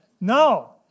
No